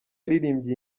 yaririmbye